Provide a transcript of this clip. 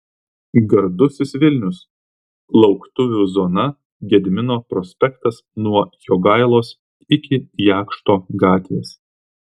gardusis vilnius lauktuvių zona gedimino prospektas nuo jogailos iki jakšto gatvės